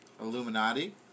Illuminati